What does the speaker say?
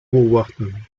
beobachtungen